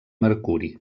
mercuri